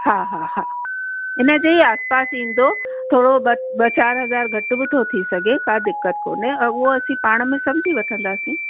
हा हा हा इनजे ई आस पास ईंदो थोरो बसि ॿ चारि हजार घटि बि थो थी सघे का दिक़तु कोन्हे हूअ असीं पाण में सम्झी वठंदासीं